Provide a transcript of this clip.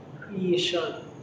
creation